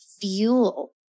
fuel